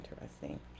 interesting